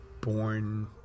Born